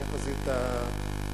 והיא החזית הכלכלית-חברתית,